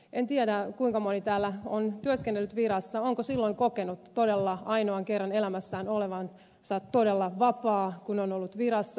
en tiedä kuinka moni täällä on työskennellyt virassa onko silloin kokenut todella ainoan kerran elämässään olevansa todella vapaa kun on ollut virassa